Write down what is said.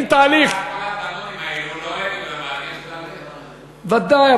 האלה לא יגידו, ודאי.